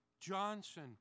Johnson